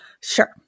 Sure